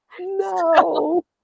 no